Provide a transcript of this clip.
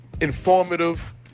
informative